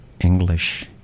English